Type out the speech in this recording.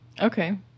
Okay